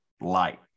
light